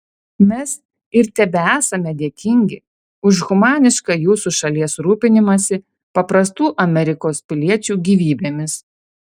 mes ir tebesame dėkingi už humanišką jūsų šalies rūpinimąsi paprastų amerikos piliečių gyvybėmis